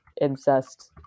incest